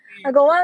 mm